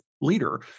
leader